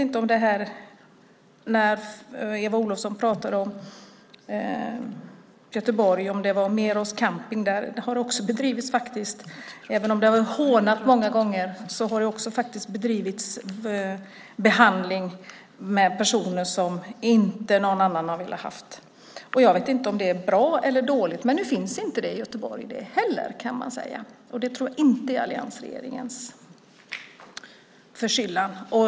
När Eva Olofsson pratade om Göteborg vet jag inte om det var Meros Camping hon menade. Även om det har hånats många gånger har det faktiskt bedrivits behandling där för personer som ingen annan har velat ha. Jag vet inte om det är bra eller dåligt, men nu finns inte heller detta i Göteborg, och det tror jag inte är alliansregeringens förskyllan.